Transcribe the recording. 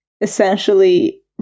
Essentially